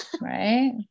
Right